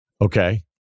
Okay